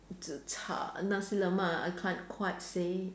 zi char Nasi-Lemak I can't quite say